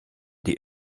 die